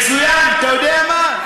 מצוין, אתה יודע מה?